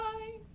Bye